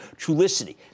Trulicity